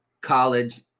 college